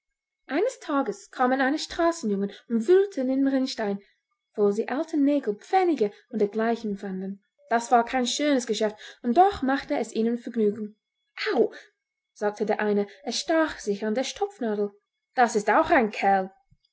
eines tages kamen einige straßenjungen und wühlten im rinnstein wo sie alte nägel pfennige und dergleichen fanden das war kein schönes geschäft und doch machte es ihnen vergnügen au sagte der eine er stach sich an der stopfnadel das ist auch ein kerl